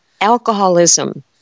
alcoholism